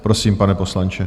Prosím, pane poslanče.